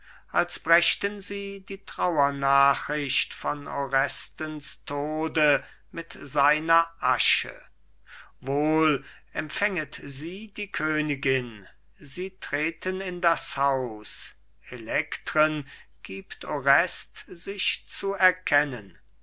als brächten sie die trauernachricht von orestens tode mit seiner asche wohl empfänget sie die königin sie treten in das haus elektren gibt orest sich zu erkennen